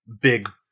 big